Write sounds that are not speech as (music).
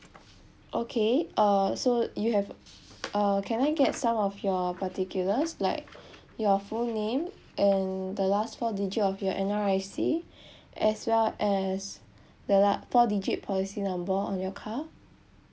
okay uh so you have uh can I get some of your particulars like (breath) your full name and the last four digit of your N_R_I_C (breath) as well as the la~ four digit policy number on your car